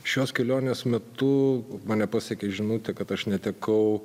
šios kelionės metu mane pasiekė žinutė kad aš netekau